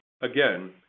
Again